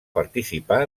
participar